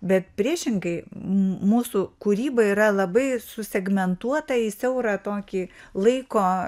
bet priešingai m mūsų kūryba yra labai susegmentuota į siaurą tokį laiko